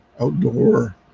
outdoor